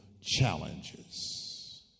challenges